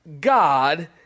God